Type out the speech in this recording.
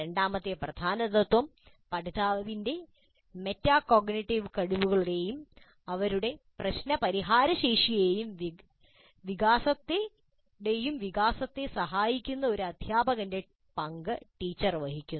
രണ്ടാമത്തെ പ്രധാന തത്ത്വം പഠിതാവിന്റെ മെറ്റാകോഗ്നിറ്റീവ് കഴിവുകളുടെയും അവരുടെ പ്രശ്നപരിഹാരശേഷിയുടെയും വികാസത്തെ സഹായിക്കുന്ന ഒരു അദ്ധ്യാപകന്റെ പങ്ക് ടീച്ചർ വഹിക്കുന്നു